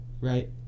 right